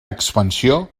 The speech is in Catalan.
expansió